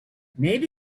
maybe